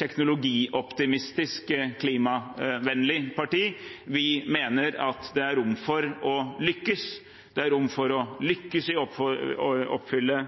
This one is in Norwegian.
teknologioptimistisk, klimavennlig parti. Vi mener det er rom for å lykkes, det er rom for å lykkes i å oppfylle